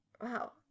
Wow